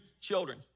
children